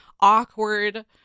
awkward